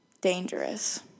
Dangerous